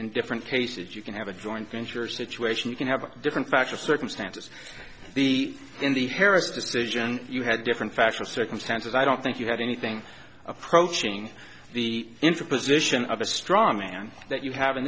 and different cases you can have a joint venture situation you can have different facts or circumstances b in the harris decision you had different factual circumstances i don't think you had anything approaching the into position of a straw man that you have in